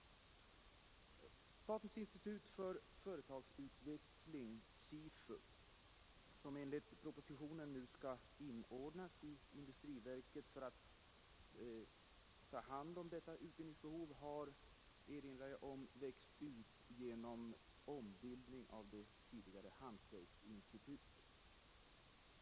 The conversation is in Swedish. Statens institut för företagsutveckling , som enligt propositionen nu skall inordnas i industriverket för att ta hand om detta utbildningsbehov, har växt ut genom ombildning av det tidigare hantverksinstitutet.